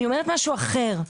אני אומרת משהו אחר.